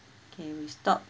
okay we stop